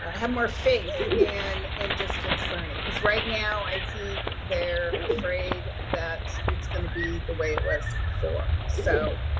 ah have more faith in and distance learning, cause right now i think, they're afraid that it's going to be the way it was before. so,